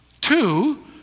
Two